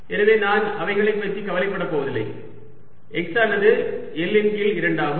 எனவே நான் அவைகளைப் பற்றி கவலைப்படப் போவதில்லை x ஆனது L இன் கீழ் 2 ஆகும்